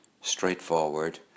straightforward